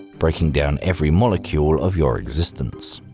breaking down every molecule of your existence.